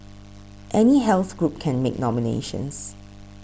any health group can make nominations